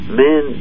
men